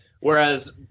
Whereas